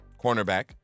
Cornerback